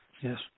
Yes